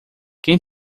quem